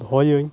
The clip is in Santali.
ᱫᱚᱦᱚᱭᱟᱹᱧ